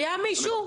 היה מישהו?